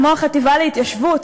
כמו החטיבה להתיישבות,